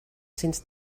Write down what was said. cents